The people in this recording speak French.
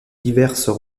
diverses